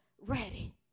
ready